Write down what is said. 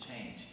change